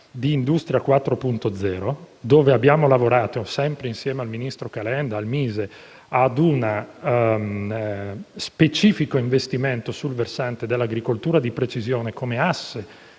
di Industria 4.0, dove abbiamo lavorato, sempre insieme al ministro Calenda e al MISE, a uno specifico investimento sul versante dell'agricoltura di precisione come asse